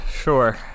Sure